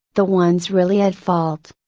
the ones really at fault.